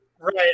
Right